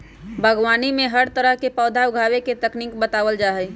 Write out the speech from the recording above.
बागवानी में हर तरह के पौधा उगावे के तकनीक बतावल जा हई